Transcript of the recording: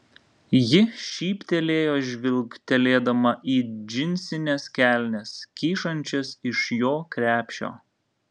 ji šyptelėjo žvilgtelėdama į džinsines kelnes kyšančias iš jo krepšio